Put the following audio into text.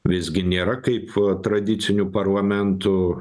visgi nėra kaip tradicinių parlamentų